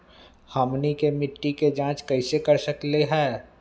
हमनी के मिट्टी के जाँच कैसे कर सकीले है?